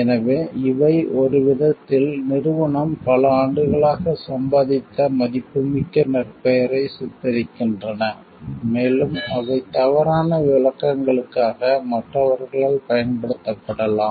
எனவே இவை ஒரு விதத்தில் நிறுவனம் பல ஆண்டுகளாக சம்பாதித்த மதிப்புமிக்க நற்பெயரைச் சித்தரிக்கின்றன மேலும் அவை தவறான விளக்கங்களுக்காக மற்றவர்களால் பயன்படுத்தப்படலாம்